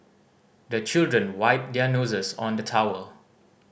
the children wipe their noses on the towel